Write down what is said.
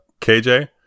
KJ